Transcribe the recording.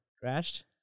Crashed